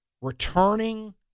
returning